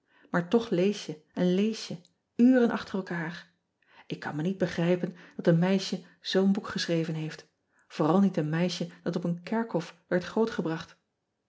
maar toch lees je en lees je uren achter elkaar k kan me niet begrijpen dat een meisje zoo n boek geschreven heeft vooral niet een meisje dat op een kerkhof werd grootgebracht